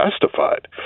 testified